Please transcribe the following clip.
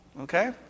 Okay